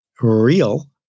real